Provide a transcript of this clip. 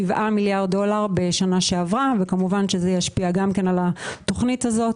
מיליארד דולר בשנה שעברה וכמובן זה ישפיע גם על התוכנית הזו.